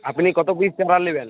আপনি কতো পিস মাল নেবেন